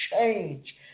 change